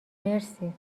مرسی